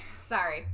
Sorry